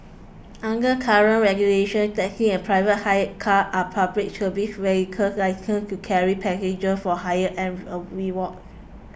under current regulations taxis and private hire cars are Public Service vehicles licensed to carry passengers for hire and a reward